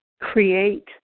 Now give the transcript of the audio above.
create